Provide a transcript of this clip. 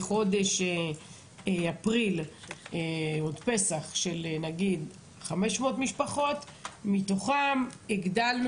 שבחודש אפריל היו ביקורים של 500 משפחות ומתוכם הארכנו